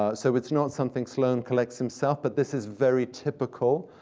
ah so it's not something sloane collects himself, but this is very typical,